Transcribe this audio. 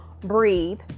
breathe